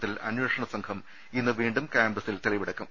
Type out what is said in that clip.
ണത്തിൽ അമ്പേഷണസംഘം ഇന്ന് വീണ്ടും കാമ്പസിൽ തെളിവെടുക്കും